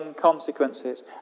consequences